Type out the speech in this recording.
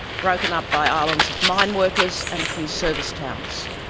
broken up by islands of mine workers, and a few service towns.